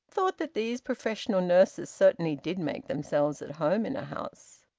thought that these professional nurses certainly did make themselves at home in a house.